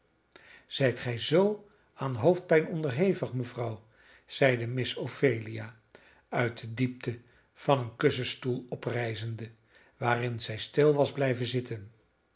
zijt gij zoo aan hoofdpijn onderhevig mevrouw zeide miss ophelia uit de diepte van een kussenstoel oprijzende waarin zij stil was blijven zitten